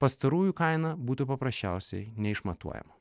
pastarųjų kaina būtų paprasčiausiai neišmatuojama